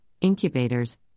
incubators